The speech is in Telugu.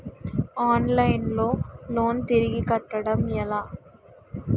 ఆన్లైన్ లో లోన్ తిరిగి కట్టడం ఎలా?